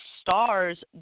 stars